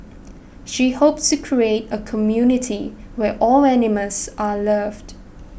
she hopes to create a community where all animals are loved